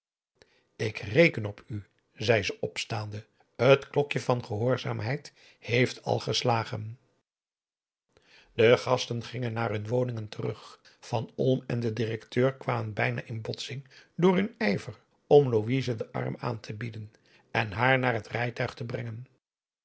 ik reken op u zei ze opstaande t klokje van gehoorzaamheid heeft al geslagen p a daum hoe hij raad van indië werd onder ps maurits de gasten gingen naar hun woningen terug van olm en de directeur kwamen bijna in botsing door hun ijver om louise den arm aan te bieden en haar naar het rijtuig te brengen